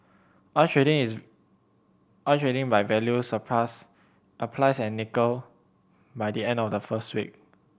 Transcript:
oil trading is oil trading by value surpassed applies and nickel by the end of the first week